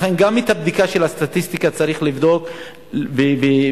לכן גם את הסטטיסטיקה צריך לבדוק ולנסות